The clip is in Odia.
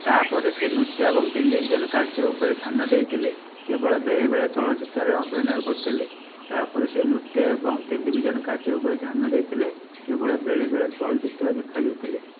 ତା'ପରେ ସେ ନୃତ୍ୟ ଏବଂ ଟେଲିଭିଜନ କାର୍ଯ୍ୟ ଉପରେ ଧ୍ୟାନ ଦେଇଥିଲେ କେବଳ ବେଳେବେଳେ ଚଳଚ୍ଚିତ୍ରରେ ଅଭିନୟ କରୁଥିଲେ ତା'ପରେ ସେ ନୃତ୍ୟ ଏବଂ ଟେଲିଭିଜନ କାର୍ଯ୍ୟ ଉପରେ ଧ୍ୟାନ ଦେଇଥିଲେ କେବଳ ବେଳେବେଳେ ଚଳଚ୍ଚିତ୍ରରେ ଦେଖାଯାଉଥିଲେ